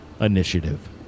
initiative